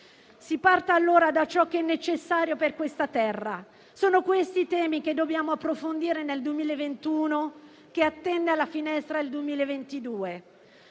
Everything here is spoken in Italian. Si parta allora da ciò che è necessario per questa terra. Sono questi i temi che dobbiamo approfondire nel 2021, che attende alla finestra il 2022.